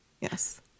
Yes